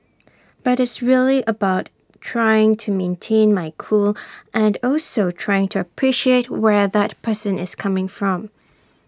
but it's really about trying to maintain my cool and also trying to appreciate where that person is coming from